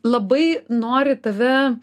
labai nori tave